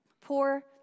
Poor